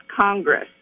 Congress